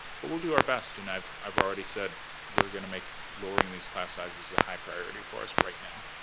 but, we'll do our best, and i've i've already said that we're gonna make lowering these class sizes a high priority for us right now.